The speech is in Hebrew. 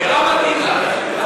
לא מתאים לך.